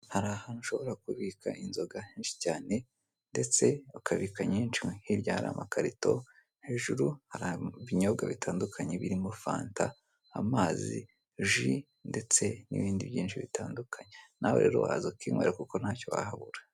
Hari ahantu ushobora kubika inzoga nyinshi cyane ndetse ukabika nyinshi nko hirya hari amakarito, hejuru hari ibinyobwa bitandukanye birimo; fanta, amazi, ji ndetse nibindi byinshi bitandukanye nawe rero wahaza ukinkwera kuko nacyo wahabura.